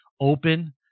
open